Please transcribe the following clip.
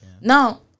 Now